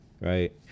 Right